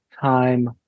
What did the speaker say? time